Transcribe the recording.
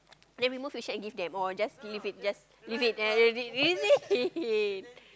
then we move we shan't give them or just leave it just leave it and ready is it